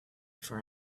for